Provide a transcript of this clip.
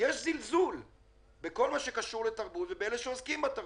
יש זלזול בכל מה שקשור לתרבות ובאלה שעוסקים בתרבות.